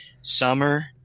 Summer